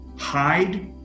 hide